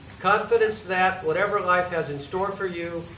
confidence that whatever life has in store for you,